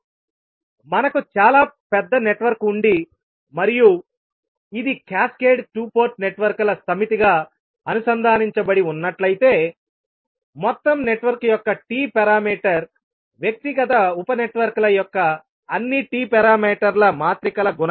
మనకు చాలా పెద్ద నెట్వర్క్ ఉండి మరియు ఇది క్యాస్కేడ్ 2 పోర్ట్ నెట్వర్క్ల సమితిగా అనుసంధానించబడి ఉన్నట్లయితేమొత్తం నెట్వర్క్ యొక్క T పారామీటర్ వ్యక్తిగత ఉప నెట్వర్క్ల యొక్క అన్ని T పారామీటర్ల మాత్రికల గుణకారం